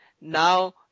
Now